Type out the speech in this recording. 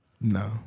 No